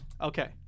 okay